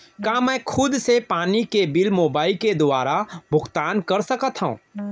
का मैं खुद से पानी के बिल मोबाईल के दुवारा भुगतान कर सकथव?